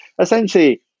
essentially